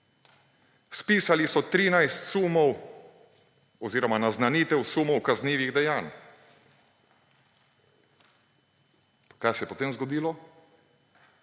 Spisali so 13 sumov oziroma naznanitev sumov kaznivih dejanj. Kaj se je potem zgodilo?